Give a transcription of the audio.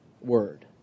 word